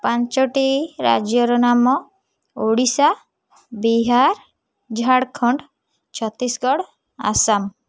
ପାଞ୍ଚଟି ରାଜ୍ୟର ନାମ ଓଡ଼ିଶା ବିହାର ଝାଡ଼ଖଣ୍ଡ ଛତିଶଗଡ଼ ଆସାମ